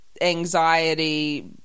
anxiety